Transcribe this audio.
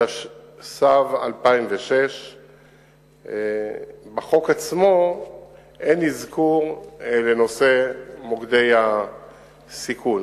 התשס"ו 2006. בחוק עצמו אין אזכור של נושא מוקדי הסיכון.